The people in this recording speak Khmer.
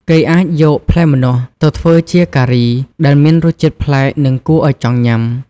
គេអាចយកផ្លែម្នាស់ទៅធ្វើជាការី ដែលមានរសជាតិប្លែក និងគួរឲ្យចង់ញ៉ាំ។